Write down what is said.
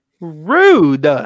Rude